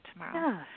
tomorrow